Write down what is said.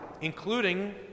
including